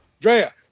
Drea